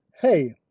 hey